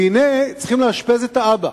והנה, צריך לאשפז את האבא.